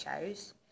shows